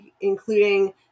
including